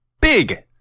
big